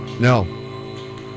No